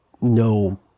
no